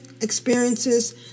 experiences